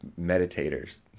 meditators